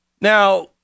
Now